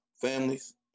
families